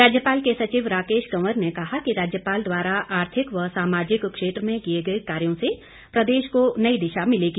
राज्यपाल के सचिव राकेश कंवर ने कहा कि राज्यपाल द्वारा आर्थिक व सामाजिक क्षेत्र में किए गए कार्यों से प्रदेश को नई दिशा मिलेगी